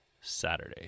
Saturday